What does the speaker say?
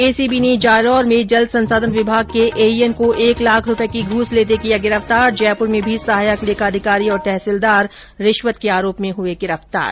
ACB ने जालौर में PHED के एईएन को एक लाख रूपये की घूस लेते किया गिरफ्तार जयपुर में भी सहायक लेखाधिकारी और तहसीलदार रिश्वत के आरोप में हुए गिरफ्तार